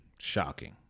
Shocking